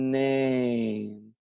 name